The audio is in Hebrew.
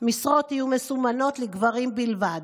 משרות יהיו מסומנות לגברים בלבד.